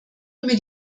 mir